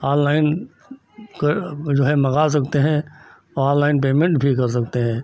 online का वह जो है मँगा सकते हैं ऑनलाइन पेमेन्ट भी कर सकते हैं